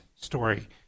story